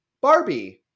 Barbie